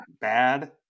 bad